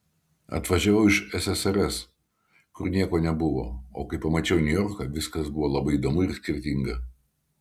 atvažiavau iš ssrs kur nieko nebuvo o kai pamačiau niujorką viskas buvo labai įdomu ir skirtinga